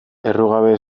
errugabe